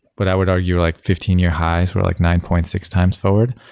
what i would argue, like fifteen year highs. we're like nine point six times forward.